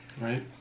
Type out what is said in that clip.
Right